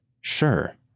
Sure